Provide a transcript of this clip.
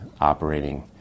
operating